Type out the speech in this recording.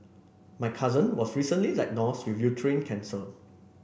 my cousin was recently diagnosed with uterine cancer